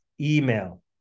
email